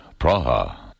Praha